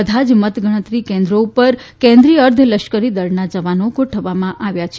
બધા જ મતગણતરી કેન્દ્રો ઉપર કેન્દ્રીય અર્ધલશ્કરી દળના જવાનો ગોઠવવામાં આવ્યા છે